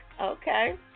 Okay